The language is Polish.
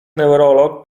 neurolog